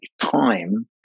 time